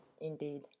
Indeed